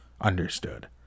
understood